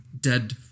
dead